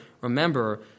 remember